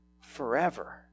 forever